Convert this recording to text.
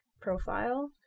profile